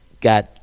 got